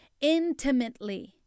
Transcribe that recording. intimately